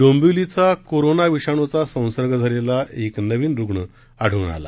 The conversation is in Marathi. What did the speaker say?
डोंबिवलीचा कोरोना विषाणूचा संसर्ग झालेला एक नवीन रूग्ण आढळून आला